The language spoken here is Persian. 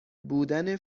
بودن